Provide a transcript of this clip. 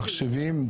מחשבים.